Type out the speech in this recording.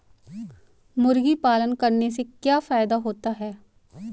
मुर्गी पालन करने से क्या फायदा होता है?